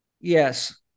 Yes